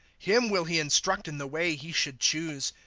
him will he instruct in the way he should choose.